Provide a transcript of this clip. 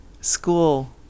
school